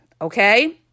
okay